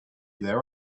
their